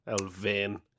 Elvin